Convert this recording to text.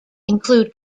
include